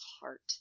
heart